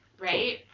Right